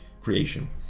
creation